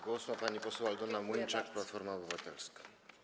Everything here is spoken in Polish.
Głos ma pani poseł Aldona Młyńczak, Platforma Obywatelska.